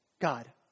God